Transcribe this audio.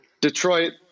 Detroit